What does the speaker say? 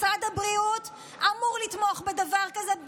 משרד הבריאות אמור לתמוך בדבר כזה,